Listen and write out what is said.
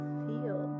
feel